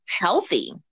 healthy